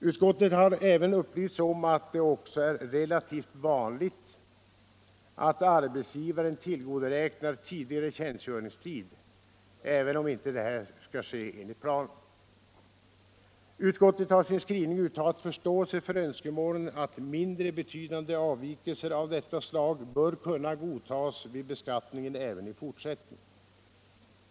Utskottet har även upplysts om att det också är relativt vanligt att arbetsgivaren tillgodoräknar tidigare tjänstgöringstid även om det inte skall ske enligt planen. Utskottet har i sin skrivning uttalat förståelse för önskemålen att mindre betydande avvikelser av detta slag bör kunna godtas vid beskattningen även i fortsättningen.